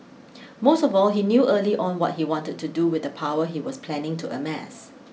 most of all he knew early on what he wanted to do with the power he was planning to amass